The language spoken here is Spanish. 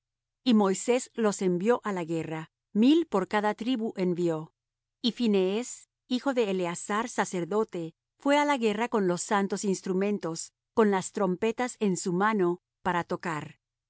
y moisés los envió á la guerra mil por cada tribu envió y phinees hijo de eleazar sacerdote fué á la guerra con los santos instrumentos con las trompetas en su mano para tocar